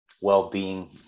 well-being